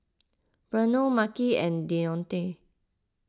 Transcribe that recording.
Bruno Makhi and Deonte